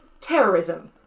terrorism